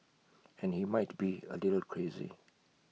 and he might be A little crazy